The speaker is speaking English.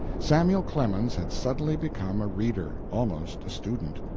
samuel clemens had suddenly become a reader almost a student.